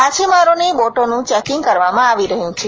માછીમારોની બોટોનું ચેકીંગ કરવામાં આવી રહ્યું છે